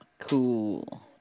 Cool